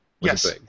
Yes